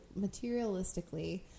materialistically